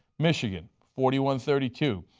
michigan, forty one thirty two.